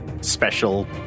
special